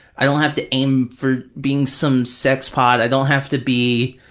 i don't have to aim for being some sexpot. i don't have to be,